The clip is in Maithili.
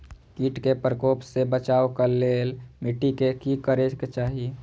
किट के प्रकोप से बचाव के लेल मिटी के कि करे के चाही?